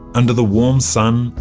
under the warm sun,